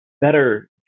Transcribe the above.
better